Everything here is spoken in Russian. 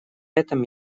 этом